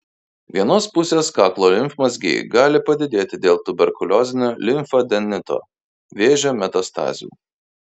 vienos pusės kaklo limfmazgiai gali padidėti dėl tuberkuliozinio limfadenito vėžio metastazių